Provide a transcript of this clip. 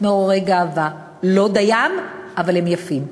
מעוררי גאווה, לא די, אבל הם יפים.